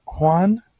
Juan